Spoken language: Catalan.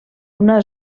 una